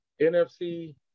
NFC